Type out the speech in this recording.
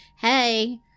hey